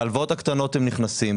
בהלוואת הקטנות הם נכנסים.